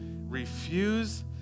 refuse